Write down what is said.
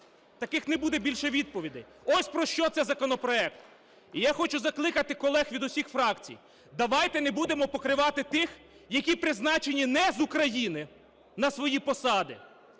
таких не буде більше відповідей. Ось про що цей законопроект. Я хочу закликати колег від усіх фракцій: давайте не будемо покривати тих, які призначені не з України на свої посади,